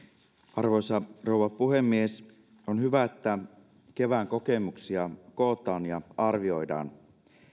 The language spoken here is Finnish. arvoisa rouva puhemies on hyvä että kevään kokemuksia kootaan ja arvioidaan